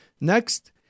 Next